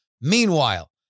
Meanwhile